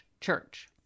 church